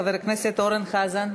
חבר הכנסת אורן חזן.